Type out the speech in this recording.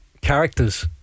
characters